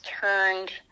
turned